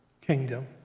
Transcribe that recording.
kingdom